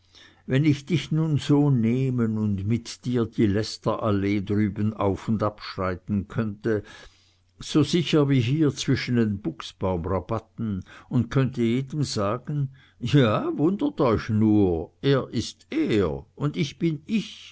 wenn ich dich nun so nehmen und mit dir die lästerallee drüben auf und ab schreiten könnte so sicher wie hier zwischen den buchsbaumrabatten und könnte jedem sagen ja wundert euch nur er ist er und ich bin ich